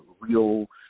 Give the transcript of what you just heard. real